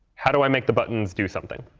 how do i make the buttons do something?